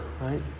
right